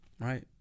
right